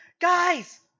Guys